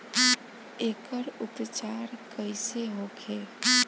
एकर उपचार कईसे होखे?